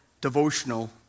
devotional